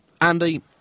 Andy